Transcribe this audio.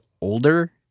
older